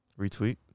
Retweet